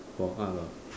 for art lor